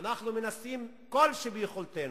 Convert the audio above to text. ואנחנו מנסים כל שביכולתנו.